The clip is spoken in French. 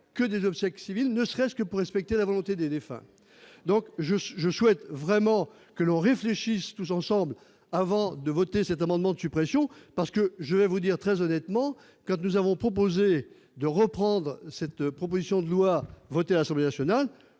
que des obsèques civiles, ne serait-ce que pour respecter la volonté des défunts, donc je suis, je souhaite vraiment que l'on réfléchisse tous ensemble avant de voter cet amendement de suppression parce que je vais vous dire très honnêtement que nous avons proposé de reprendre cette proposition de loi votée à l'Assemblée nationale,